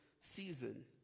season